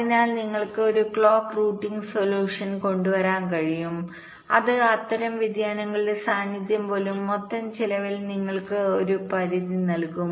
അതിനാൽ നിങ്ങൾക്ക് ഒരു ക്ലോക്ക് റൂട്ടിംഗ് സൊല്യൂഷൻകൊണ്ടുവരാൻ കഴിയും അത് അത്തരം വ്യതിയാനങ്ങളുടെ സാന്നിധ്യം പോലും മൊത്തം ചരിവിൽ നിങ്ങൾക്ക് ഒരു പരിധി നൽകും